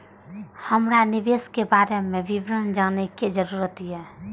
हमरा निवेश के बारे में विवरण जानय के जरुरत ये?